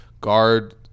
guard